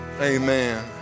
Amen